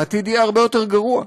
העתיד יהיה הרבה יותר גרוע.